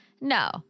No